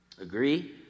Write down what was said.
Agree